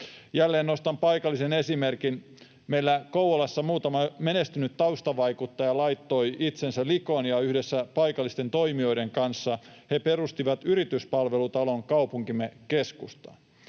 Jälleen nostan paikallisen esimerkin: Meillä Kouvolassa muutama menestynyt taustavaikuttaja laittoi itsensä likoon, ja yhdessä paikallisten toimijoiden kanssa he perustivat Yrityspalvelutalon kaupunkimme keskustaan.